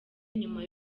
inyuma